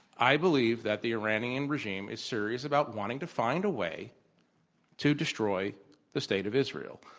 i believe that the iranian regime is serious about wanting to find a way to destroy the state of israel.